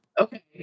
Okay